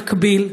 במקביל,